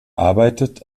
arbeitet